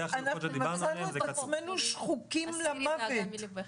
אנחנו מצאנו את עצמנו שחוקים למוות.